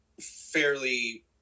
fairly